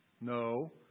No